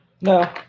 No